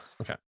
Okay